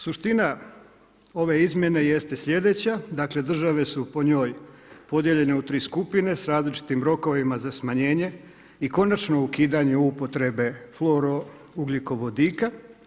Suština ove izmjene jeste slijedeća, dakle države su po njoj podijeljene u tri skupine sa različitim rokovima za smanjenje i konačno ukidanje u upotrebe flourougljikovodika.